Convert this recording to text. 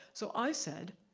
so i said,